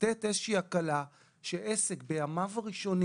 לתת איזושהי הקלה שעסק בימיו הראשונים